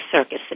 circus